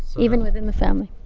even within the family.